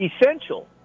essential